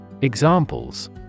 Examples